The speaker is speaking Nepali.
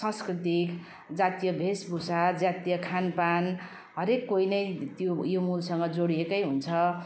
सांस्कृतिक जातीय भेषभूषा जातीय खानपान हरेक कोही नै त्यो यो मूलसँग जोडिएकै हुन्छ